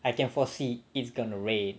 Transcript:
I can foresee it's gonna rain